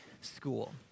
school